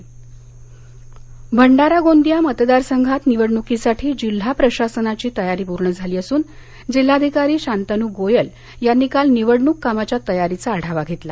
निवडणक आधावा वाशीम भंडारा भंडारा गोंदिया मतदारसंघात निवडण्कीसाठी जिल्हा प्रशासनाची तयारी पूर्ण झाली असून जिल्हाधिकारी शांतनू गोयल यांनी काल निवडणूक कामाच्या तयारीचा आढावा घेतला